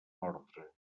ordre